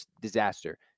disaster